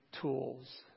tools